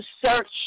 search